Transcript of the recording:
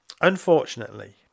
Unfortunately